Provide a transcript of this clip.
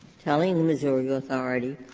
telling missouri ah authority